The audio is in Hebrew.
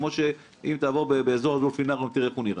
כמו שאם תעבור באזור הדולפינריום תראה איך הוא נראה.